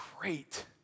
great